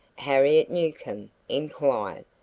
harriet newcomb inquired.